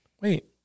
wait